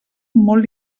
molt